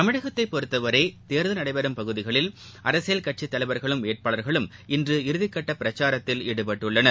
தமிழகத்தை பொறுத்தவரை தேர்தல் நடைபெறும் பகுதிகளில் அரசியல் கட்சித்தலைவர்களும் வேட்பாளர்களும் இன்று இறதிக்கட்ட பிரச்சாரத்தில் ஈடுபட்டுள்ளனர்